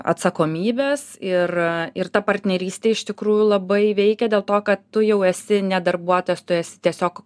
atsakomybes ir ir ta partnerystė iš tikrųjų labai veikia dėl to kad tu jau esi ne darbuotojas tu esi tiesiog